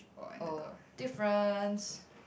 oh different